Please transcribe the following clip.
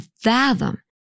fathom